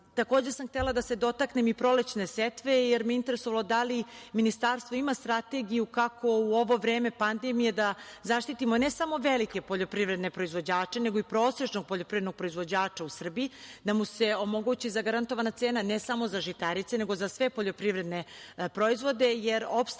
sam htela da se dotaknem i prolećne setve, jer me je interesovalo da li ministarstvo ima strategiju kako u ovo vreme pandemije da zaštitimo ne samo velike poljoprivredne proizvođače nego i prosečnog poljoprivrednog proizvođača u Srbiji, da mu se omogući zagarantovana cena, ne samo za žitarice nego i za sve poljoprivredne proizvode,